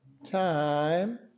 Time